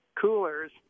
coolers